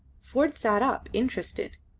ford sat up interested.